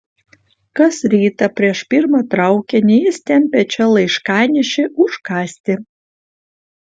kas rytą prieš pirmą traukinį jis tempia čia laiškanešį užkąsti